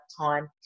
time